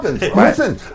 Listen